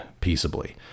peaceably